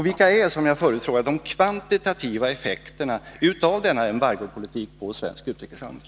Vilka är, som jag förut frågade, de kvantitativa effekterna av denna embargopolitik på svensk utrikeshandel?